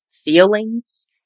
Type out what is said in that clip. feelings